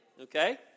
okay